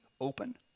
open